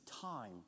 time